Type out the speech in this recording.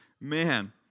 man